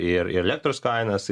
ir ir elektros kainas